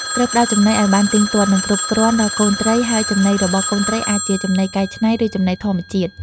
ត្រូវផ្តល់ចំណីឲ្យបានទៀងទាត់ និងគ្រប់គ្រាន់ដល់កូនត្រី ហើយចំណីរបស់កូនត្រីអាចជា ចំណីកែច្នៃ ឬ ចំណីធម្មជាតិ។